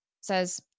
says